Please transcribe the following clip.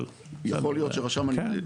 אבל --- יכול להיות שרשם הנישואים,